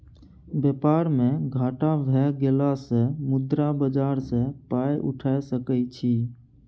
बेपार मे घाटा भए गेलासँ मुद्रा बाजार सँ पाय उठा सकय छी